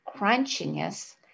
crunchiness